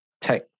tech